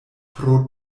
pro